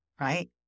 right